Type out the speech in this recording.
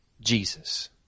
Jesus